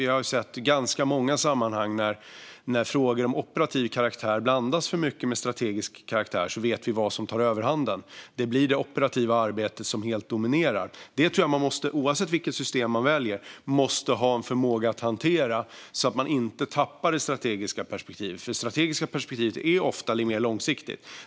Vi har sett ganska många sammanhang där frågor av operativ karaktär blandas för mycket med frågor av strategisk karaktär. Då vet vi vad som tar överhanden. Det blir det operativa arbetet som helt dominerar. Oavsett vilket system man väljer måste man ha en förmåga att hantera detta, så att man inte tappar det strategiska perspektivet, som ofta är mer långsiktigt.